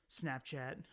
Snapchat